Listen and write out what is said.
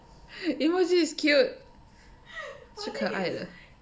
emoji is cute 是可爱的